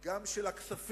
גם של הכספים